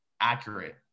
accurate